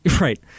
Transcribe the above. right